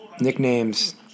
Nicknames